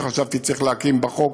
שחשבתי שצריך להקים בחוק,